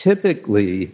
Typically